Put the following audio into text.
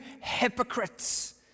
hypocrites